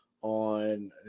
on